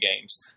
games